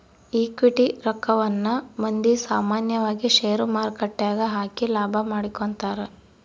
equity ರಕ್ಕವನ್ನ ಮಂದಿ ಸಾಮಾನ್ಯವಾಗಿ ಷೇರುಮಾರುಕಟ್ಟೆಗ ಹಾಕಿ ಲಾಭ ಮಾಡಿಕೊಂತರ